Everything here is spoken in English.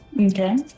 Okay